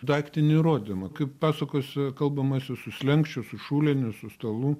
daiktinį įrodydamą kaip pasakose kalbamasi su slenksčiu su šuliniu su stalu